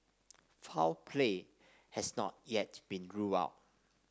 foul play has not yet been ruled out